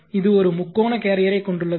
எனவே இது ஒரு முக்கோண கேரியரைக் கொண்டுள்ளது